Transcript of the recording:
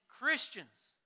Christians